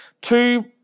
Two